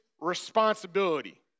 responsibility